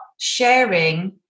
sharing